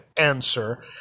answer